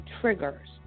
triggers